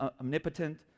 omnipotent